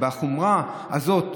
בחומרה הזאת,